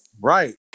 Right